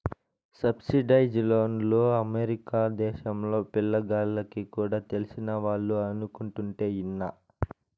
subsidised లోన్లు America దేశంలో బడిపిల్ల గాల్లకి కూడా తెలిసినవాళ్లు అనుకుంటుంటే ఇన్నా